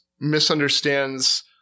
misunderstands